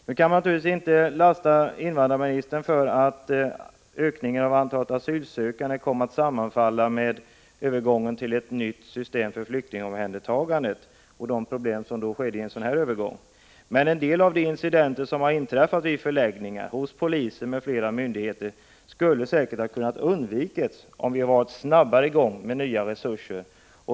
Naturligtvis kan man inte lasta invandrarministern för att ökningen av antalet asylsökande kommit att sammanfalla med övergången till ett nytt system för flyktingomhändertagandet och de problem som uppstod vid den övergången. Men en del av de incidenter som har inträffat ute på förläggningarna, hos polisen och hos andra myndigheter skulle säkert ha kunnat undvikas om vi hade kunnat komma i gång snabbare med utökade nya resurser.